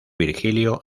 virgilio